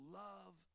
love